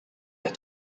have